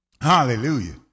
Hallelujah